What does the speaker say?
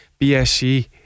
BSE